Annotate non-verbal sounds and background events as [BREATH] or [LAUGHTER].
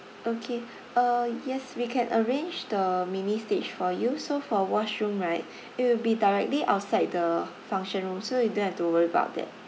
okay [BREATH] uh yes we can arrange the mini stage for you so for washroom right [BREATH] it will be directly outside the function so you don't have to worry about that